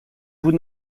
vous